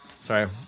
sorry